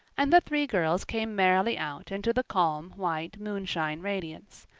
and the three girls came merrily out into the calm, white moonshine radiance.